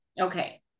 Okay